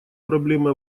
проблемы